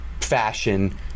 fashion